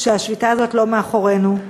שהשביתה הזאת אינה מאחורינו.